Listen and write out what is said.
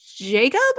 Jacob